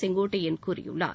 செங்கோட்டையன் கூறியுள்ளார்